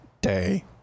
day